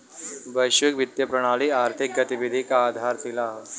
वैश्विक वित्तीय प्रणाली आर्थिक गतिविधि क आधारशिला हौ